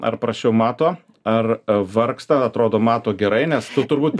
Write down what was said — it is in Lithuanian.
ar prasčiau mato ar vargsta atrodo mato gerai nes tu turbūt